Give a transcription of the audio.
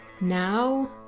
Now